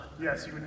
Yes